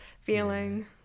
feeling